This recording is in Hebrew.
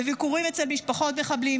בביקורים אצל משפחות מחבלים,